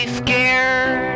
scared